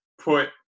put